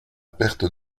perte